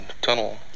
tunnel